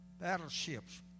Battleships